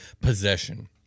possession